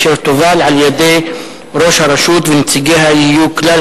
אשר תובל על-ידי ראש הרשות ונציגיה יהיו כלל